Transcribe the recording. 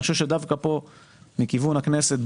אני חושב שדווקא פה מכיוון הכנסת,